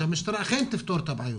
שאכן המשטרה כן תפתור את הבעיות,